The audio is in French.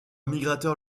migrateur